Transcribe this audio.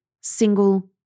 single